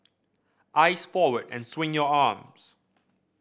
eyes forward and swing your arms